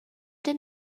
did